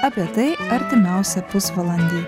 apie tai artimiausią pusvalandį